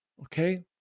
okay